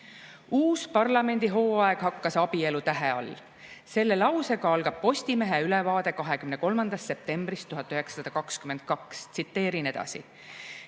"Uus parlamendi hooaeg hakkas abielu tähe all." Selle lausega algab Postimehe ülevaade 23. septembrist 1922. Tsiteerin edasi.